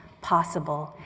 possible.